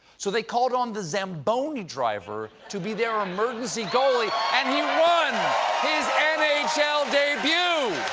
so they called on the zamboni driver to be their emergency goalie, and he won his n h l. debut!